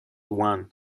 one